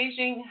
Beijing